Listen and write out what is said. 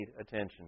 attention